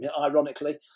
ironically